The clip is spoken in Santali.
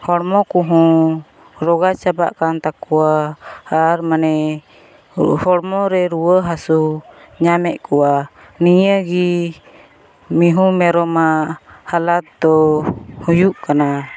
ᱦᱚᱲᱢᱚ ᱠᱚᱦᱚᱸ ᱨᱳᱜᱟ ᱪᱟᱵᱟᱜᱠᱟᱱ ᱛᱟᱠᱚᱣᱟ ᱟᱨ ᱢᱟᱱᱮ ᱦᱚᱲᱢᱚᱨᱮ ᱨᱩᱣᱟᱹᱦᱟᱥᱩ ᱧᱟᱢᱮᱫ ᱠᱚᱣᱟ ᱱᱤᱭᱟᱹᱜᱮ ᱢᱤᱦᱩᱼᱢᱮᱨᱚᱢᱟᱜ ᱦᱟᱞᱟᱛᱫᱚ ᱦᱩᱭᱩᱜᱠᱟᱱᱟ